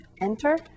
enter